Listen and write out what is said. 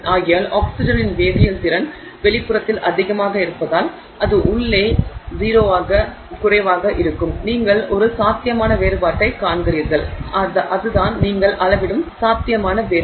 ஆகையால் ஆக்ஸிஜனின் வேதியியல் திறன் வெளிப்புறத்தில் அதிகமாக இருப்பதால் அது உள்ளே 0 ஆக குறைவாக இருக்கும் நீங்கள் ஒரு சாத்தியமான வேறுபாட்டைக் காண்கிறீர்கள் அதுதான் நீங்கள் அளவிடும் சாத்தியமான வேறுபாடு